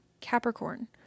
Capricorn